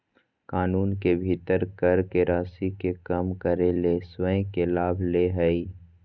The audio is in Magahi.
कानून के भीतर कर के राशि के कम करे ले स्वयं के लाभ ले हइ